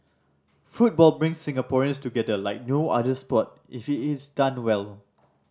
football brings Singaporeans together like no other sport if is done well